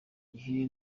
gihe